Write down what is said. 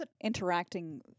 interacting